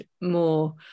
more